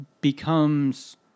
becomes